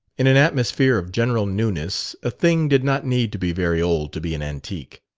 in an atmosphere of general newness a thing did not need to be very old to be an antique.